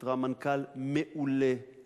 איתרה מנכ"ל מעולה,